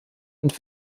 und